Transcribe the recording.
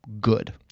good